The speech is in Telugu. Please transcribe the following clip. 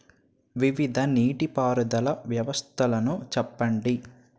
వివిధ నీటి పారుదల వ్యవస్థలను చెప్పండి?